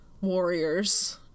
warriors